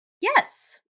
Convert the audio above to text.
Yes